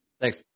Thanks